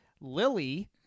Lily